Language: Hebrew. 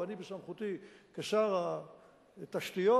או אני בסמכותי כשר התשתיות,